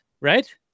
Right